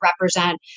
represent